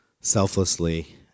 selflessly